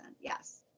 Yes